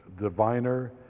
diviner